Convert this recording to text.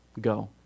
go